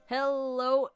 Hello